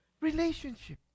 Relationship